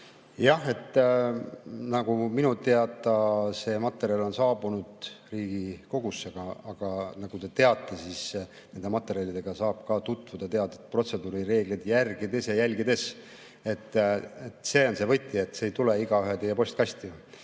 riigisaladus. Minu teada see materjal on saabunud Riigikogusse, aga nagu te teate, siis nende materjalidega saab tutvuda teatud protseduurireegleid järgides ja jälgides. See on see võti. See ei tule igaühe teie postkasti.